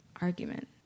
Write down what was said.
argument